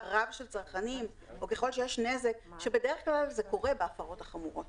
רב של צרכנים או ככל שיש נזק שבדרך כלל זה קורה בהפרות החמורות